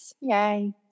Yay